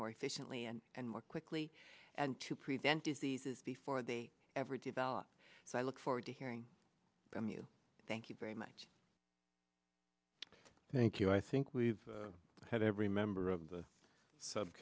more efficiently and and more quickly and to prevent diseases before they ever develop so i look forward to hearing from you thank you very much thank you i think we've had every member of the